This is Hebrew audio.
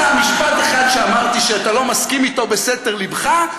אם תמצא משפט אחד שאמרתי שאתה לא מסכים איתו בסתר ליבך,